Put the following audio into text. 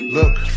look